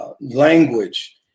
language